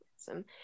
Awesome